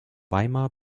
weimar